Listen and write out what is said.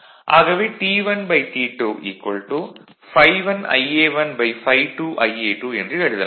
ஆகவே T1T2 ∅1Ia1∅2Ia2 என்று எழுதலாம்